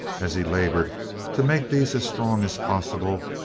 as he labored to make these as strong as possible,